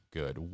good